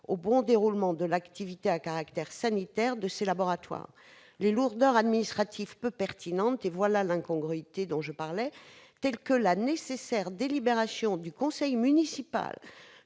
au bon déroulement de l'activité à caractère sanitaire de ces structures. Les lourdeurs administratives peu pertinentes- voilà l'incongruité dont je parlais -telles que la nécessaire délibération du conseil municipal